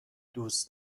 دوست